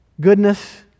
Goodness